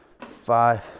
five